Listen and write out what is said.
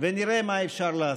ונראה מה אפשר לעשות,